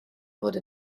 wurde